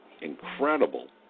incredible